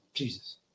Jesus